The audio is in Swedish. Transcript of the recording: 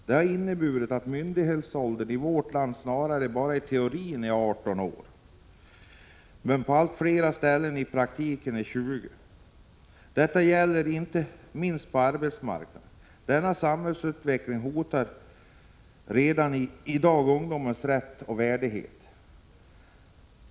Det har inneburit att myndighetsåldern i vårt land snart bara i teorin är 18 år men på allt fler ställen i praktiken är 20 år. Detta gäller inte minst på arbetsmarknaden. Denna samhällsutveckling hotar redan i dag ungdomens rätt och värdighet.